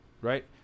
right